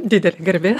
didelė garbė